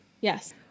Yes